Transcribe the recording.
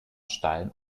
steilen